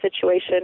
situation